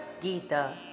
Gita